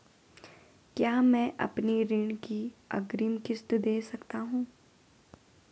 क्या मैं अपनी ऋण की अग्रिम किश्त दें सकता हूँ?